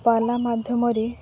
ପାଲା ମାଧ୍ୟମରେ